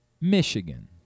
Michigan